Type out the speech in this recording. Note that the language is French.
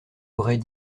aurait